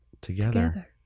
together